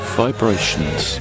vibrations